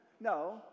No